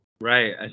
Right